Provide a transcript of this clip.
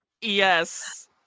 yes